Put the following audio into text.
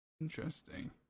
Interesting